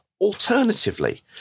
Alternatively